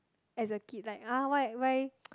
as a kid like ah why why